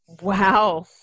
Wow